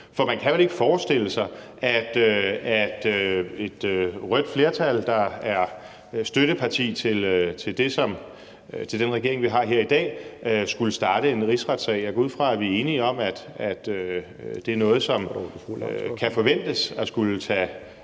For man kan vel ikke forestille sig, at et rødt flertal, som støtter den regering, vi har her i dag, skulle starte en rigsretssag. Jeg går ud fra, at vi er enige om, at det er noget, som kan forventes at skulle tage